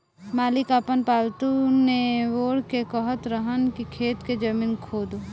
मालिक आपन पालतु नेओर के कहत रहन की खेत के जमीन खोदो